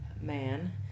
man